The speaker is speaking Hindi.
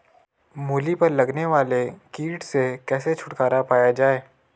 मूली पर लगने वाले कीट से कैसे छुटकारा पाया जाये?